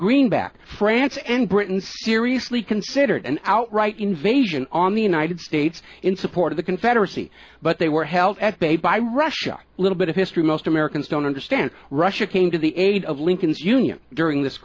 greenback france and britain seriously considered an outright invasion on the united states in support of the confederacy but they were held at bay by russia little bit of history most americans don't understand russia came to the aid of lincoln's union during this